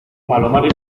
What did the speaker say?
palomares